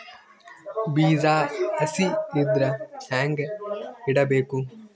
ಬೀಜ ಹಸಿ ಇದ್ರ ಹ್ಯಾಂಗ್ ಇಡಬೇಕು?